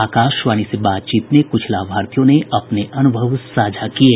आकाशवाणी से बातचीत में कुछ लाभार्थियों ने अपने अनुभव साझा किये